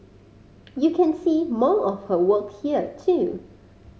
you can see more of her work here too